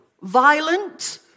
Violent